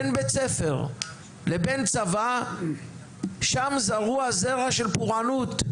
שבין בית הספר לבין הצבא שם זרוע זרע של פורענות.